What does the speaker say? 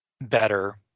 better